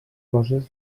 coses